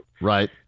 right